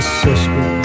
sister